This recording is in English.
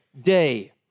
day